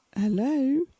Hello